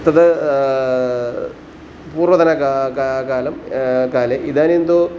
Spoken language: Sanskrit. तत् पूर्वतन कालं काले इदानीं तु